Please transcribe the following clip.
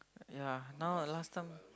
ya now a last term